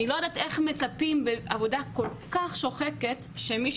אני לא יודעת איך מצפים בעבודה כל כך שוחקת שמשהיא